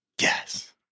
Yes